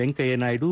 Venkaiah Naidu